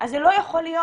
אז זה לא יכול להיות,